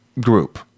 group